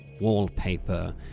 wallpaper